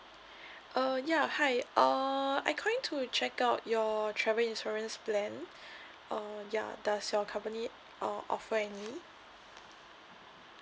uh ya hi uh I'm calling to check out your travel insurance plan uh ya does your company uh offer any